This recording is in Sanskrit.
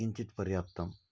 किञ्चित् पर्याप्तम्